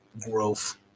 growth